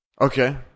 Okay